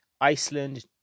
Iceland